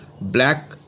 black